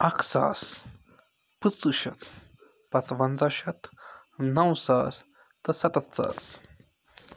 اَکھ ساس پٕنٛژٕ شَتھ پانٛژوَنٛزاہ شَتھ نَو ساس تہٕ سَتَتھ ساس